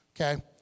okay